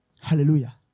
Hallelujah